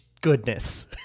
goodness